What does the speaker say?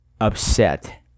upset